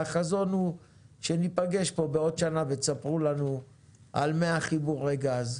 החזון הוא שניפגש כאן בעוד שנה ותספרו לנו על מאה חיבורי גז,